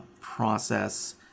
process